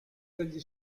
dagli